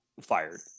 fired